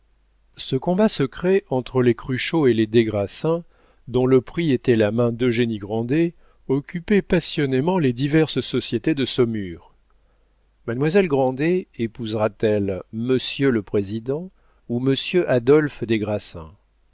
ce combat secret entre les cruchot et les des grassins dont le prix était la main d'eugénie grandet occupait passionnément les diverses sociétés de saumur mademoiselle grandet épousera t elle monsieur le président ou monsieur adolphe des grassins